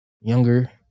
younger